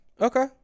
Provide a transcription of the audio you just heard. Okay